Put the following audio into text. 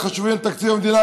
החשובים לתקציב המדינה,